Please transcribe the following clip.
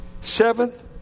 Seventh